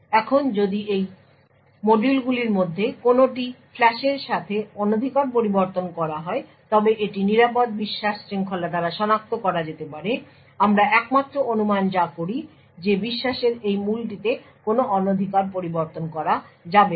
এখন যদি এই মডিউলগুলির মধ্যে কোনওটি ফ্ল্যাশের সাথে অনধিকার পরিবর্তন করা হয় তবে এটি সিকিওর বিশ্বাস শৃঙ্খলা দ্বারা সনাক্ত করা যেতে পারে আমরা একমাত্র অনুমান যা করি যে বিশ্বাসের এই মূলটিতে কোনো অনধিকার পরিবর্তন করা যাবে না